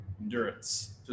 endurance